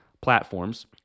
platforms